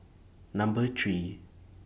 Number three